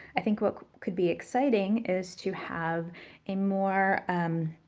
i think what could be exciting is to have a more, um,